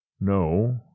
no